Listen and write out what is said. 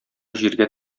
җиргә